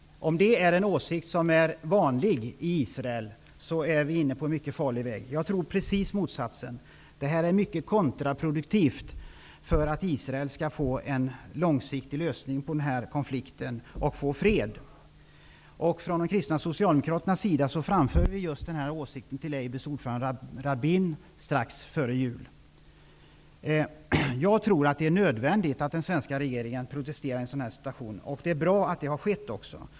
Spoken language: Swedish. Om det är en åsikt som är vanlig i Israel, är man inne på en mycket farlig väg. Jag tror precis motsatsen: detta är mycket kontraproduktivt för att Israel skall kunna uppnå en långsiktig lösning av den här konflikten och åstadkomma fred. Vi kristna socialdemokrater framförde just den här åsikten strax före jul till labours ordförande Rabin. Jag tror att det är nödvändigt att den svenska regeringen protesterar i en sådan här situation. Det är också bra att så har skett.